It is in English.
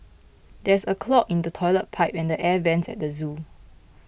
there is a clog in the Toilet Pipe and the Air Vents at the zoo